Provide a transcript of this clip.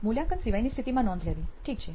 મૂલ્યાંકન સિવાયની સ્થિતિમાં નોંધ લેવી ઠીક છે